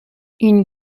une